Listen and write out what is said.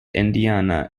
indiana